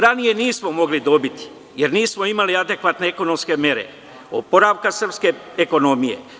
Ranije nismo mogli dobiti jer nismo imali adekvatne ekonomske mere oporavka srpske ekonomije.